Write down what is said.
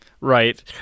Right